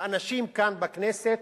האנשים כאן בכנסת,